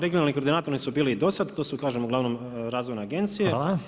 Regionalni koordinatori su bili i do sada, to su uglavnom razvojne agencije.